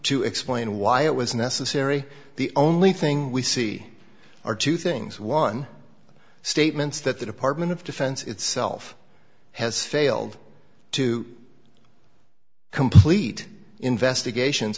to explain why it was necessary the only thing we see are two things one statements that the department of defense itself has failed to complete investigations